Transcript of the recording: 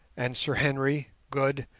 and sir henry, good,